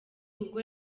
ubwo